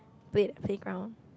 play at playground